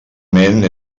ment